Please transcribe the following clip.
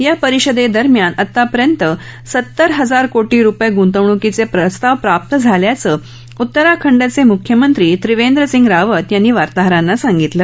या परिषदेदरम्यान आतापर्यंत सत्तर हजार कोटी रूपये गुंतवणूकीचे प्रस्ताव प्राप्त झाल्याचं उत्तराखंडचे मुख्यमंत्री त्रिवेंद्र सिंग रावत यांनी वार्ताहरांना सांगितलं